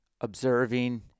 observing